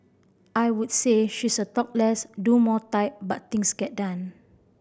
I would say she's a talk less do more type but things get done